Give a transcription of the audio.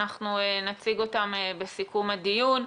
אנחנו נציג אותן בסיכום הדיון.